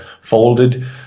folded